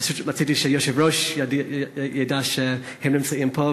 ורציתי שהיושב-ראש ידע שהם נמצאים פה,